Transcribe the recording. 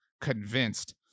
convinced